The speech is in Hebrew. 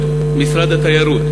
באחריות משרד התיירות,